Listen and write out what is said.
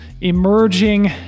emerging